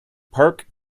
park